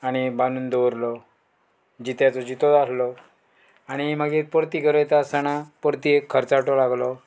आणी बानून दवरलो जित्याचो जितो आहलो आणी मागीर परती गरयता आसतना परती एक खर्चाटो लागलो